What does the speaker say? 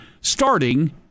starting